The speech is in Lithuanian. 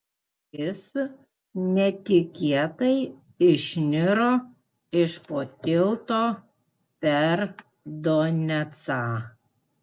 jis netikėtai išniro iš po tilto per donecą